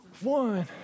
one